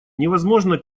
невозможно